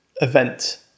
event